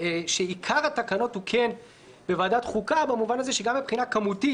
לומר שעיקר התקנות הוא בוועדת חוקה במובן הזה שגם מבחינה כמותית